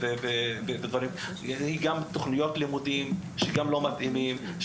אלא גם תוכניות לימוד ותכנים לא מותאמים,